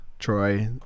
troy